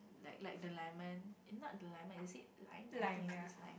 like like the lemon not the lemon is it lime I think it is lah